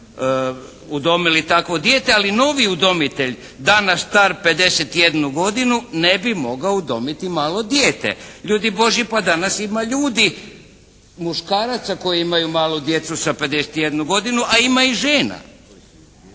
udomili takvo dijete. Ali novi udomitelj danas star pedeset i jednu godinu, ne bi mogao udomiti malo dijete. Ljudi božji, pa danas ima ljudi, muškaraca koji imaju malu djecu sa pedeset i jednom godinom, a ima i žena.